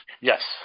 yes